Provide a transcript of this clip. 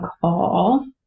call